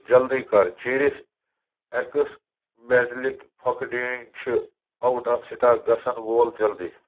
جلدی کر چیٚرِش اٮ۪کٕس مٮ۪ٹلِک پھۄکہٕ ڈیٖنٛگۍ چھِ آوُٹ آف سِٹاک گژھن وول جلدی